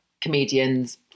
comedian's